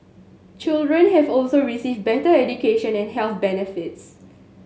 children here also receive better education and health benefits